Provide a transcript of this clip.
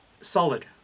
Solid